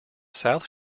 south